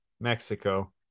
Mexico